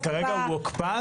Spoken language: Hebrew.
כן, אז כרגע הוא הוקפא.